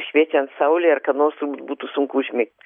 šviečiant saulei ar ką nors turbūt būtų sunku užmigt